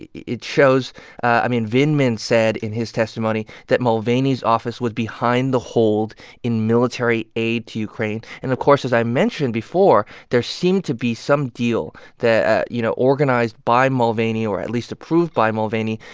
it shows i mean, vindman said in his testimony that mulvaney's office was behind the hold in military aid to ukraine. and of course, as i mentioned before, there seemed to be some deal that you know, organized by mulvaney or at least approved by mulvaney,